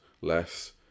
less